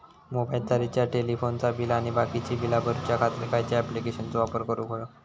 मोबाईलाचा रिचार्ज टेलिफोनाचा बिल आणि बाकीची बिला भरूच्या खातीर खयच्या ॲप्लिकेशनाचो वापर करूक होयो?